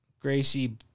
Gracie